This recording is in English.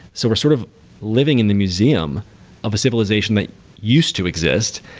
so we're sort of living in the museum of a civilization that used to exist,